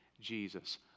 Jesus